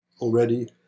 already